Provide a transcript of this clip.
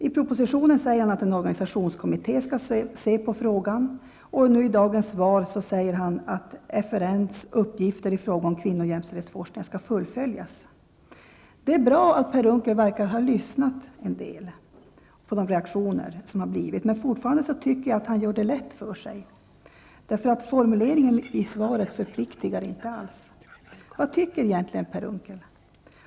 I propositionen säger han att en organisationskommitté skall se på frågan, och i dagens svar säger han att FRN:s uppgifter i fråga om kvinnooch jämställdhetsforskning skall fullföljas. Det är bra att Per Unckel verkar ha lyssnat en del på de reaktioner som har kommit, men fortfarande tycker jag att han gör det lätt för sig. Formuleringen i svaret förpliktar inte alls. Vad tycker regeringen, Per Unckel?